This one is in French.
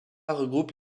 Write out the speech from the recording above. regroupe